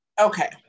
okay